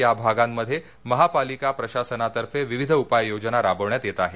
या भागांमध्ये महापालिका प्रशासनातर्फे विविध उपाययोजना राबवण्यात येत आहेत